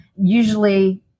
Usually